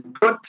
good